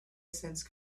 distance